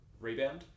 Rebound